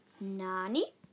Nani